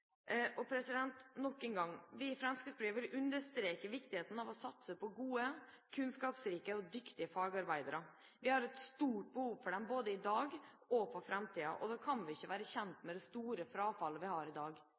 Nok en gang: Vi i Fremskrittspartiet vil understreke viktigheten av å satse på gode, kunnskapsrike og dyktige fagarbeidere. Vi har et stort behov for dem både i dag og i framtiden. Da kan vi ikke være kjent med det store frafallet vi har i dag.